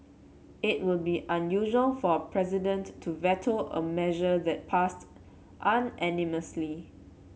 it would be unusual for a president to veto a measure that passed unanimously